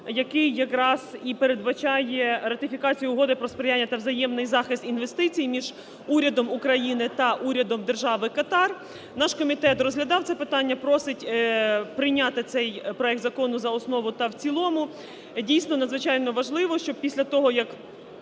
який якраз і передбачає ратифікацію Угоди про сприяння та взаємний захист інвестицій між Урядом України та Урядом Держави Катар. Наш комітет розглядав це питання, просить прийняти цей проект закону за основу та в цілому. Дійсно, надзвичайно важливо, що після того, як